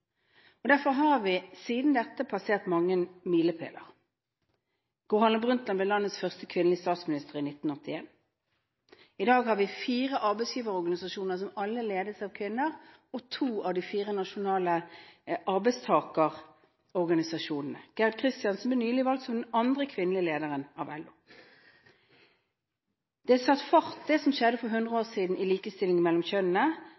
Derfor har vi siden den gang passert mange milepæler. Gro Harlem Brundtland ble landets første kvinnelige statsminister i 1981. I dag har vi fire arbeidsgiverorganisasjoner som alle ledes av kvinner, og to av de fire nasjonale arbeidstakerorganisasjonene ledes av kvinner. Gerd Kristiansen ble nylig valgt som den andre kvinnelige lederen av LO. Det som skjedde for 100 år siden med hensyn til likestilling mellom kjønnene,